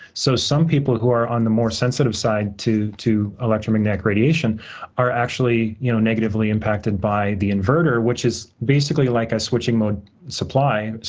so, some people who are on the more sensitive side to to electromagnetic radiation are actually you know negatively impacted by the inverter, which is basically like a switching mode supply.